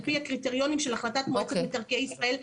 פי הקריטריונים של החלטת מועצת מקרקעי ישראל,